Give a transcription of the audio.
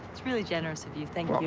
that's really generous of you. thank you.